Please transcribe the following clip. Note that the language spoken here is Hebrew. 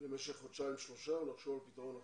למשך חודשיים-שלושה ולחשוב על פתרון אחר,